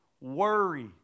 worry